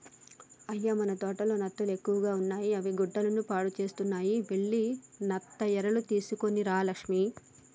అయ్య మన తోటలో నత్తలు ఎక్కువగా ఉన్నాయి అవి గుడ్డలను పాడుసేస్తున్నాయి వెళ్లి నత్త ఎరలు తీసుకొని రా లక్ష్మి